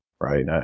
right